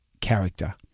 character